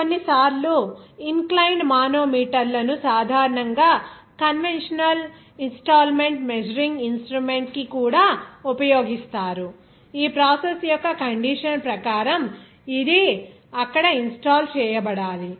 కొన్నిసార్లు inclined మానోమీటర్ల ను సాధారణంగా కన్వెన్షనల్ ఇన్స్టాల్మెంట్ మెజరింగ్ ఇన్స్ట్రుమెంట్ కి కూడా ఉపయోగిస్తారు ఆ ప్రాసెస్ యొక్క కండిషన్ ప్రకారం ఇది అక్కడ ఇన్స్టాల్ చేయబడాలి